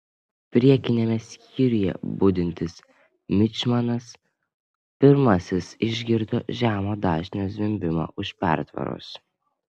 priekiniame skyriuje budintis mičmanas pirmasis išgirdo žemo dažnio zvimbimą už pertvaros